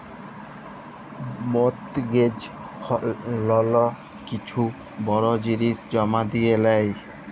mortgage লল কিছু বড় জিলিস জমা দিঁয়ে লেই